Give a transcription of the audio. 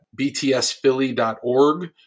btsphilly.org